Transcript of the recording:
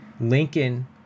lincoln